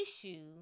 issue